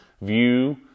view